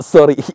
Sorry